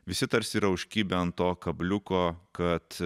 visi tarsi yra užkibę ant to kabliuko kad